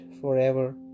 forever